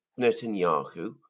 Netanyahu